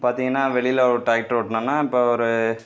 பார்த்திங்கன்னா வெளியில் ஒரு டிராக்டர் ஓட்டினோன்னா இப்போ ஒரு